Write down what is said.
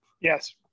yes